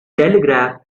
telegraph